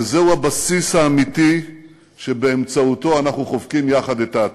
וזהו הבסיס האמיתי שבאמצעותו אנחנו חובקים יחד את העתיד.